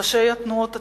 ראשי התנועות הציוניות,